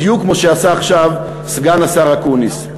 בדיוק כמו שעשה עכשיו סגן השר אקוניס.